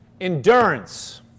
Endurance